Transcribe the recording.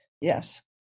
Yes